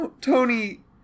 Tony